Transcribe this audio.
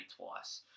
twice